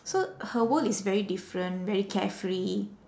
so her world is very different very carefree